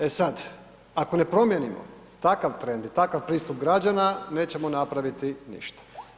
E sad, ako ne promijenimo takav trend i takav pristup građana nećemo napraviti ništa.